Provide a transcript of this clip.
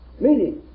Meaning